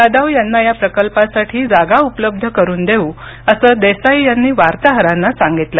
यादव यांना या प्रकल्पासाठी जागा उपलब्ध करुन देऊ असं देसाई यांनी वार्ताहरांना सांगितलं